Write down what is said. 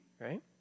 right